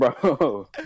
Bro